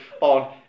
on